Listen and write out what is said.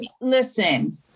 listen